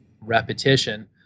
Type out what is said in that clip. repetition